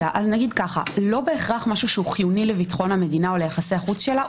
נגיד ככה לא בהכרח משהו שהוא חיוני לביטחון המדינה או ליחסי החוץ שלה,